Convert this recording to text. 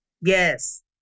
Yes